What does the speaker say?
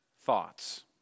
thoughts